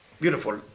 Beautiful